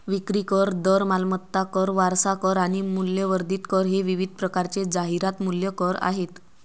विक्री कर, दर, मालमत्ता कर, वारसा कर आणि मूल्यवर्धित कर हे विविध प्रकारचे जाहिरात मूल्य कर आहेत